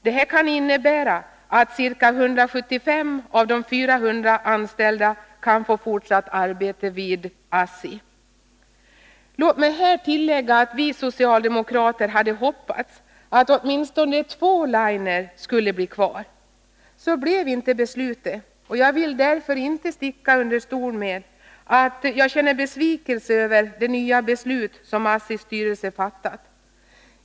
Detta innebär att ca 175 av de 400 anställda kan få fortsatt arbete vid ASSI. Låt mig här tillägga att vi socialdemokrater hade hoppats att åtminstone två linjer skulle bli kvar. Så blev inte beslutet, och jag vill därför inte sticka under stol med att jag känner besvikelse över det nya beslut som ASSI:s styrelse har fattat.